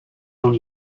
own